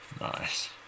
Nice